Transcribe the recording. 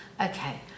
Okay